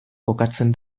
kokatzen